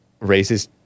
racist